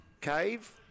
cave